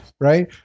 right